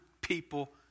people